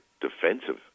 defensive